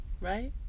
right